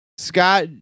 Scott